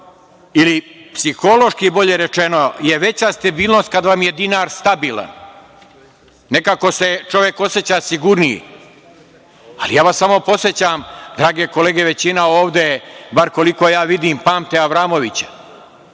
ili psihološki bolje rečeno je veća stabilnost kada vam je dinar stabilan. Nekako se čovek oseća sigurnije, ali vas samo podsećam, drage kolege većina ovde, bar koliko vidim pamte Avramovića.